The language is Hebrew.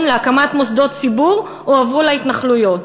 להקמת מוסדות ציבור הועברו להתנחלויות.